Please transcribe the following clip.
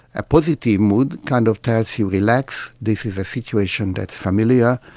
a positive mood kind of tells you relax, this is a situation that's familiar,